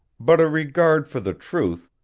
but a regard for the truth,